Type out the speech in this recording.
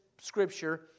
scripture